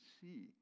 see